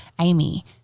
Amy